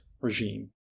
regime